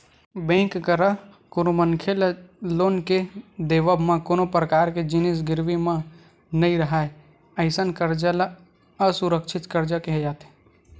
bank करा कोनो मनखे ल लोन के देवब म कोनो परकार के जिनिस गिरवी म नइ राहय अइसन करजा ल असुरक्छित करजा केहे जाथे